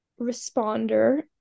responder